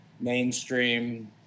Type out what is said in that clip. mainstream